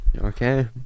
Okay